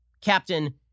Captain